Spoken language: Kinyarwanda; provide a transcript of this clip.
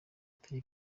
atari